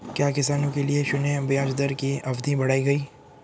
क्या किसानों के लिए शून्य ब्याज दर की अवधि बढ़ाई गई?